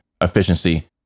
efficiency